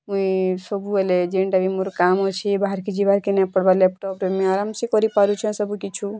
ମୁଇଁ ସବୁବେଲେ ଯେନ୍ତା ବି ମୋର କାମ୍ ଅଛି ବାହାର୍ କେ ଯିବାର୍ କେ ନାଇଁ ପଡ଼ବା ଲାପଟପ୍ରେ ମୁଇଁ ଆରମ୍ ସେ କରିପାରୁଛେଁ ସବୁ କିଛୁ